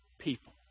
people